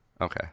okay